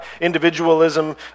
individualism